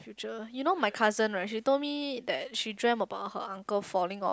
future you know my cousin right she told me that she dream about her uncle falling or